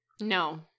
No